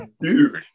dude